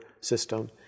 system